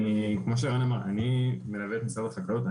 אני מלווה את משרד החקלאות.